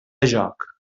lloc